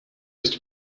ist